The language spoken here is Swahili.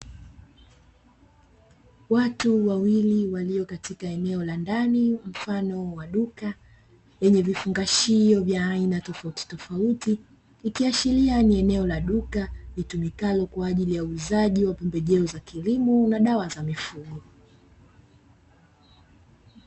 Watu wawili walio katika eneo la ndani mfano wa duka lenye vifungashio vya aina tofauti tofauti, ikiashiria ni eneo la duka litumikalo kwa ajili ya uuzaji wa pembejeo za kilimo na dawa za mifugo.